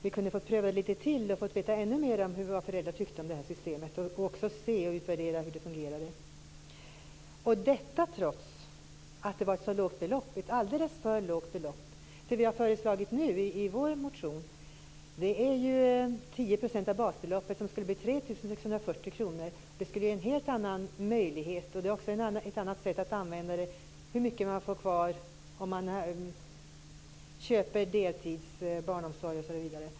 Vi kunde ha fått pröva det lite till och få veta ännu mer vad föräldrarna tyckte om det systemet, utvärdera det och också se hur det fungerade. Detta trots att det var ett så lågt belopp, alldeles för lågt. Det vi har föreslagit nu i vår motion är 10 % av basbeloppet, som skulle bli 3 640 kr. Det skulle ge en helt annan möjlighet, och det skulle innebära ett helt annat sätt att använda det. Man skulle kunna köpa deltidsbarnomsorg osv.